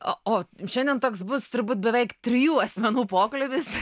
o šiandien toks bus turbūt beveik trijų asmenų pokalbis